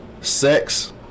sex